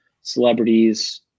celebrities